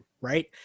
right